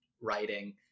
writing